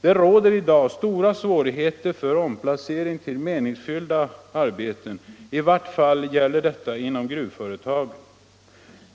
Det föreligger i dag stora svårigheter med omplacering till meningsfyllda arbeten, i varje fall gäller detta inom gruvföretagen.